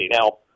Now